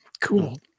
Cool